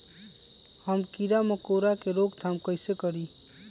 हम किरा मकोरा के रोक थाम कईसे करी?